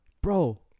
Bro